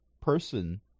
person